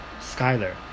Skyler